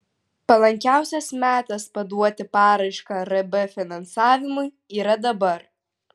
palankiausias metas paduoti paraišką rb finansavimui yra dabar